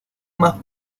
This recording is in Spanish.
más